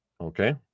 Okay